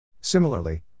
Similarly